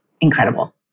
incredible